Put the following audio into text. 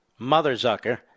Motherzucker